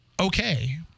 Okay